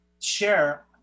share